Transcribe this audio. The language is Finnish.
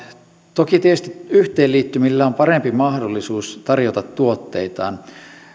toki tietysti yhteenliittymillä on parempi mahdollisuus tarjota tuotteitaan